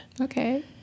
okay